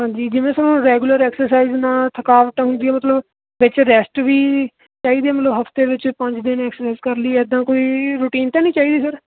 ਹਾਂਜੀ ਕਿਵੇਂ sir regular exercise ਨਾਲ ਥਕਾਵਟ ਹੁੰਦੀ ਮਤਲਬ ਵਿੱਚ ਰੈਸਟ ਵੀ ਚਾਹੀਦੀ ਆ ਮਤਲਬ ਹਫ਼ਤੇ ਵਿੱਚ ਪੰਜ ਦਿਨ ਐਕਸਾਈਜ਼ ਕਰ ਲਈ ਇੱਦਾਂ ਕੋਈ ਰੂਟੀਨ ਤਾਂ ਨਹੀਂ ਚਾਹੀਦੀ ਸਰ